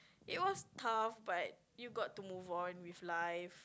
it was tough but you got to move on with life